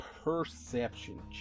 Perception